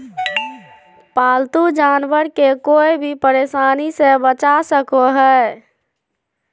पालतू जानवर के कोय भी परेशानी से बचा सको हइ